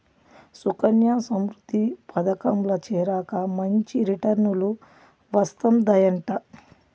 సుకన్యా సమృద్ధి పదకంల చేరాక మంచి రిటర్నులు వస్తందయంట